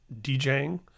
DJing